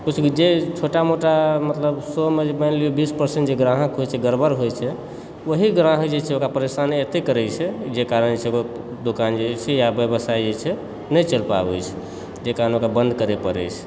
किछु भी जे छोटा मोटा मतलब सएमे जे मानि लिअ जे बीस परसेन्ट भी ग्राहक होइत छै गड़बड़ होइत छै वही ग्राहक जे छै से ओकरा परेशानी एतय करय छै जे कारण से जे दोकान जे छै या व्यवसाय जे छै नहि चलि पाबय छै जे कारण ओकरा बन्द करय पड़ैत छै